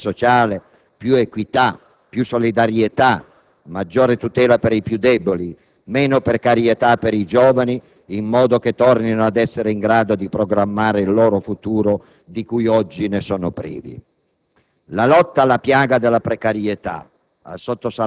che significa più uguaglianza, più giustizia sociale, più equità, più solidarietà, maggiore tutela per i più deboli, meno precarietà per i giovani in modo che tornino ad essere in grado di programmare il loro futuro, di cui oggi ne sono privi.